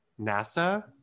NASA